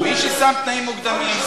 מי ששם תנאים מוקדמים.